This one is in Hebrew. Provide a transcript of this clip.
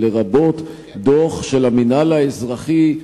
לרבות דוח של המינהל האזרחי,